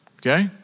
Okay